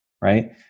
right